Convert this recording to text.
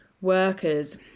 workers